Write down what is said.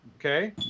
okay